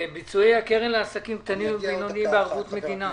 את ביצועי הקרן לעסקים קטנים ובינוניים בערבות מדינה.